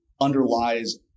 underlies